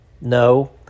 No